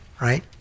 Right